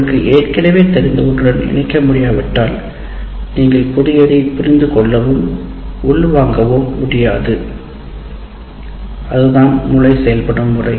உங்களுக்கு ஏற்கனவே தெரிந்த ஒன்றுடன் இணைக்க முடியாவிட்டால் நீங்கள் புதியதை புரிந்து கொள்ளவும் உள்வாங்கவோ முடியாது அதுதான் மூளை செயல்படும் முறை